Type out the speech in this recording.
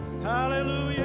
Hallelujah